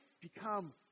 become